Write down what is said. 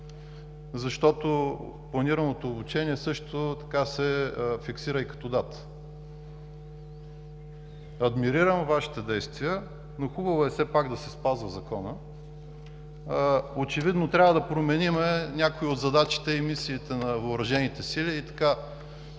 защото планираното обучение също така се фиксира и като дата. Адмирирам Вашите действия, но хубаво е все пак да се спазва Законът. Очевидно трябва да променим някои от задачите и мисиите на въоръжените сили и може